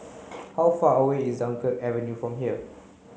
how far away is Dunkirk Avenue from here